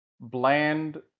Bland